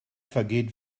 vergeht